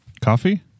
Coffee